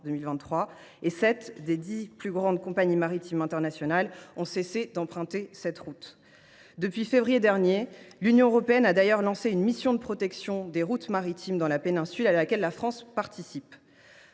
sept des dix principales compagnies maritimes internationales ont cessé d’emprunter cette route. Depuis février dernier, l’Union européenne a lancé une mission de protection des routes maritimes dans la péninsule, à laquelle la France participe.